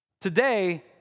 Today